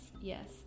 yes